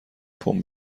پمپ